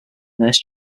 nurse